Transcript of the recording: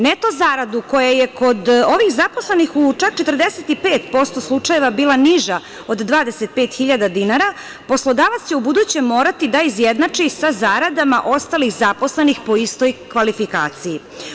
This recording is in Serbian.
Neto zaradu, koja je kod ovih zaposlenih u čak 45% slučajeva bila niža od 25 hiljada dinara, poslodavac će ubuduće morati da izjednači sa zaradama ostalih zaposlenih po istoj kvalifikaciji.